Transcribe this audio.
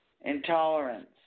intolerance